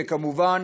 וכמובן,